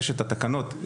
יש התקנות,